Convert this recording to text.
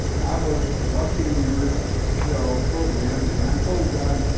i was watching your show program and i told god, um